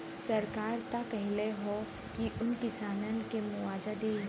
सरकार त कहले हौ की उ किसानन के मुआवजा देही